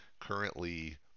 currently